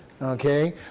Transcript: okay